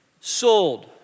Sold